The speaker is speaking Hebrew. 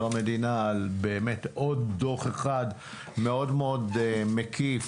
המדינה על באמת עוד דו"ח אחד מאוד מאוד מקיף,